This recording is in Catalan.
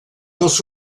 dels